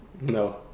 No